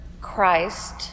Christ